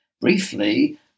Briefly